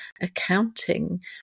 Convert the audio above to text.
accounting